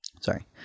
sorry